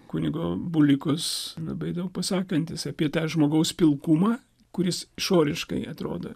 kunigo bulikos labai daug pasakantis apie tą žmogaus pilkumą kuris išoriškai atrodo